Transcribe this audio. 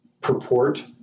purport